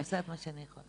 אני עושה את מה שאני יכולה.